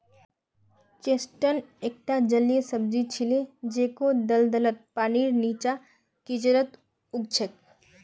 chestnut एकता जलीय सब्जी छिके जेको दलदलत, पानीर नीचा, कीचड़त उग छेक